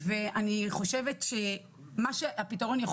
תודה רבה.